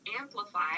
amplify